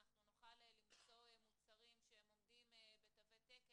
אנחנו נוכל למצוא מוצרים שהם עומדים בתווי תקן,